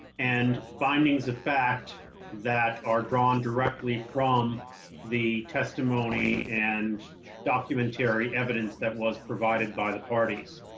and findings, the fact that are drawn directly from the testimony and documentary evidence that was provided by the parties.